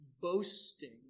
boasting